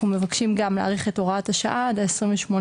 אנחנו מבקשים גם להאריך את הוראת השעה על ה-28.